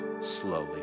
slowly